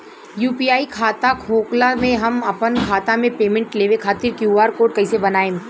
UPI खाता होखला मे हम आपन खाता मे पेमेंट लेवे खातिर क्यू.आर कोड कइसे बनाएम?